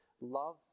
love